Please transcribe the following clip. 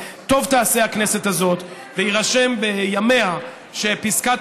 שטוב תעשה הכנסת הזאת אם יירשם בימיה שפסקת